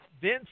Vince